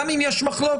וגם אם יש מחלוקת,